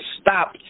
stop